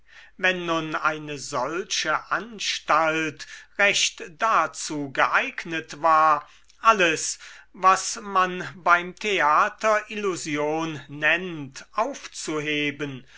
wenn nun eine solche anstalt recht dazu geeignet war alles was man beim theater illusion nennt aufzuheben